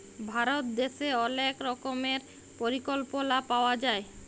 ভারত দ্যাশে অলেক রকমের পরিকল্পলা পাওয়া যায়